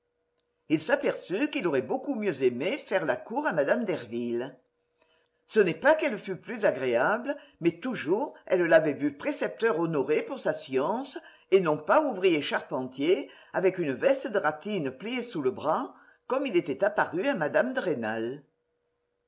il s'aperçut qu'il aurait beaucoup mieux aimé faire la cour à mme derville ce n'est pas qu'elle fût plus agréable mais toujours elle l'avait vu précepteur honoré pour sa science et non pas ouvrier charpentier avec une veste de ratine pliée sous le bras comme il était apparu à mme de rênal